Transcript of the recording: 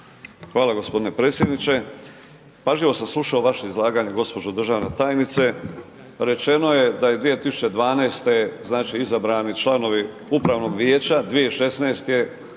Hvala gospodine predsjedniče. Pažljivo sam slušao vaše izlaganje gđa. državna tajnice, rečeno je da je 2012. znači izabrani članovi Upravnog vijeća, 2016. je